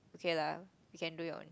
okay lah you can do it on